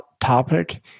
topic